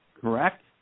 correct